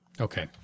Okay